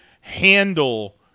handle